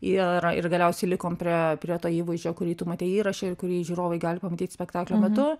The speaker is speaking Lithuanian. ir ir galiausiai likom prie prie to įvaizdžio kurį tu matei įraše ir kurį žiūrovai gali pamatyt spektaklio metu